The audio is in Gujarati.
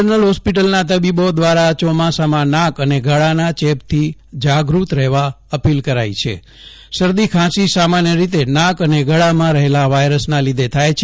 જનરલ હોસ્પિટલના તબીબો દ્વારા ચોમાસામાં નાક અને ગળાના ચેપથી જાગ ત રહેવા અપીલ કરાઇ છે શરદી ખાંસી સામાન્ય રીતે નાક અને ગળામાં રહેલા વાયરસના લીધે થાય છે